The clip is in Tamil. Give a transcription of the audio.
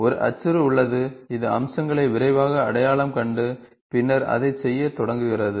ஒரு அச்சுறு உள்ளது இது அம்சங்களை விரைவாக அடையாளம் கண்டு பின்னர் அதைச் செய்யத் தொடங்குகிறது